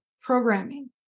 programming